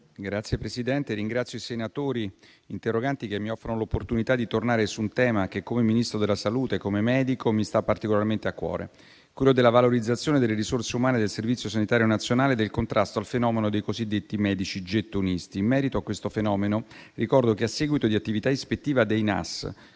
Signor Presidente, ringrazio i senatori interroganti, che mi offrono l'opportunità di tornare su un tema che, come Ministro della salute e come medico, mi sta particolarmente a cuore, che è quello della valorizzazione delle risorse umane del Servizio sanitario nazionale e del contrasto al fenomeno dei cosiddetti medici gettonisti. In merito a questo fenomeno, ricordo che, a seguito di attività ispettiva dei Nas,